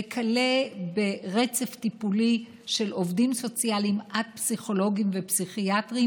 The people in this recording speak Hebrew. וכלה ברצף טיפולי של עובדים סוציאליים עד פסיכולוגים ופסיכיאטרים.